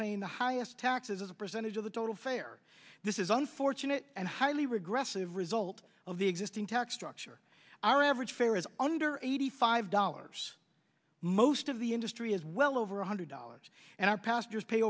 playing the highest taxes as a percentage of the total failure this is an unfortunate and highly regressive result of the existing tax structure our average fare is under eighty five dollars most of the industry is well over one hundred dollars and our pastors pay